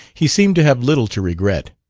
he seemed to have little to regret.